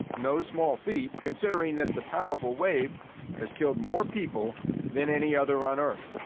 no small feat considering that the powerful wave has killed more people than any other on earth.